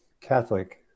Catholic